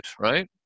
right